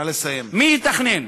מי יתכנן?